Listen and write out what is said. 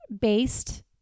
based